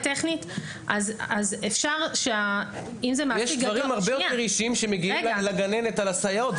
יש דברים הרבה יותר אישיים שמגיעים לגננת על הסייעות.